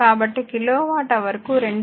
కాబట్టి kilo watt హవర్కు 2